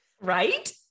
Right